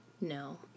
No